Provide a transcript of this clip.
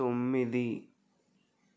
తొమ్మిది